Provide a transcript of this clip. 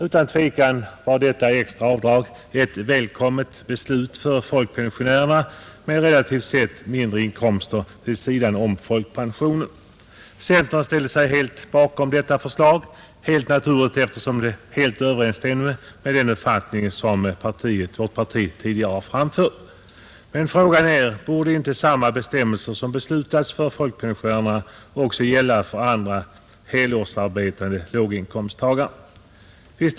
Utan tvivel var detta extra avdrag en välkommen sak för folkpensionärer med relativt sett mindre inkomster vid sidan av folkpensionen. Centern ställde sig också helt bakom detta beslut, eftersom detta överensstämde med den uppfattning som centerpartiet och folkpartiet tidigare framfört. Frågan är emellertid om inte samma bestämmelser som beslutats för folkpensionärerna också borde gälla för andra helårsarbetande låginkomsttagare.